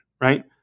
right